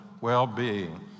well-being